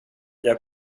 jag